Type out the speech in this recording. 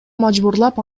мажбурлап